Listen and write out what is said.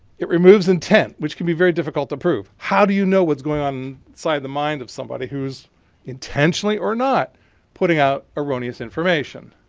it removes intent which can be very difficult to prove. how do you know what's going on inside the mind of somebody who's intentionally or not putting out erroneous information?